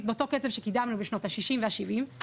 באותו קצב שקידמנו בשנות ה-60' וה-70'.